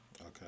Okay